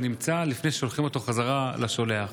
נמצא לפני ששולחים אותו בחזרה לשולח.